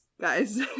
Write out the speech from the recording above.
guys